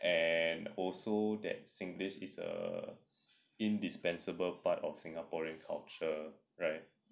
and also that singlish is err indispensable part of singaporean culture right